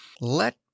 Let